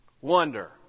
wonder